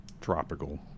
tropical